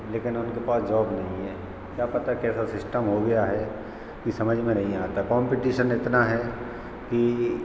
लेकिन उनके पास जॉब नहीं हैं क्या पता कैसा सिस्टम हो गया है कि समझ में नहीं आता काम्पिटिसन इतना है कि